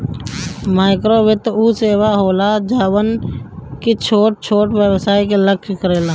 माइक्रोवित्त उ सेवा होला जवन की छोट छोट व्यवसाय के लक्ष्य करेला